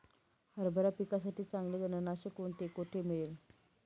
हरभरा पिकासाठी चांगले तणनाशक कोणते, कोठे मिळेल?